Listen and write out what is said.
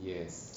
yes